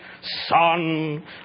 Son